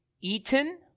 eaten